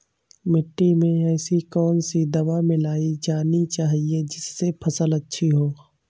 मिट्टी में ऐसी कौन सी दवा मिलाई जानी चाहिए जिससे फसल अच्छी हो?